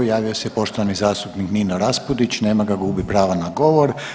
Javio se poštovani zastupnik Nino Raspudić, nema ga, gubi pravo na govor.